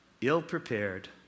ill-prepared